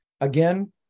Again